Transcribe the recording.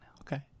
Okay